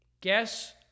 Guess